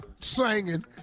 singing